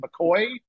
McCoy